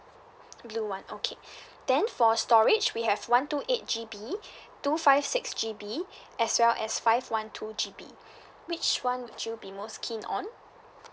blue [one] okay then for storage we have one two eight G_B two five six G_B as well as five one two G_B which [one] would you be most keen on